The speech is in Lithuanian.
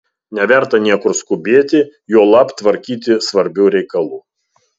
neverta niekur skubėti juolab tvarkyti svarbių reikalų